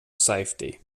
safety